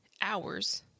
hours